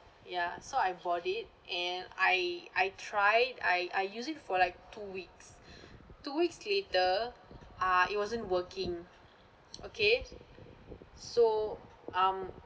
ya so I bought it and I I tried I I used it for like two weeks two weeks later uh it wasn't working okay so um